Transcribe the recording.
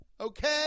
Okay